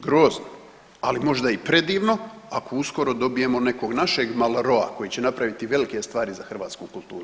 Grozno, ali možda i predivno ako uskoro dobijemo nekog našeg Marlowea koji će napraviti velike stvari za hrvatsku kulturu.